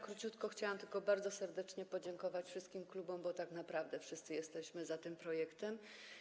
Króciutko chciałam tylko bardzo serdecznie podziękować wszystkim klubom, bo tak naprawdę wszyscy jesteśmy za tym projektem.